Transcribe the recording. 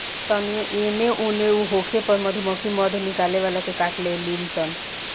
तानियो एने ओन होखे पर मधुमक्खी मध निकाले वाला के काट लेवे ली सन